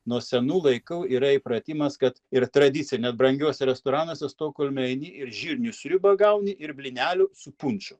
nuo senų laikų yra įpratimas kad ir tradicija net brangiuose restoranuose stokholme eini ir žirnių sriubą gauni ir blynelių su punču